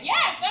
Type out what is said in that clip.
Yes